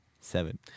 seven